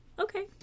Okay